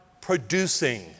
producing